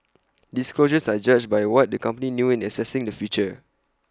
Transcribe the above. disclosures are judged by what the company knew in assessing the future